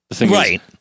Right